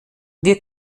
wir